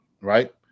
right